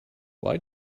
why